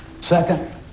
Second